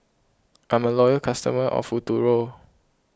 I'm a loyal customer of Futuro